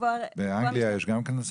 לקבוע --- באנגליה יש גם קנסות?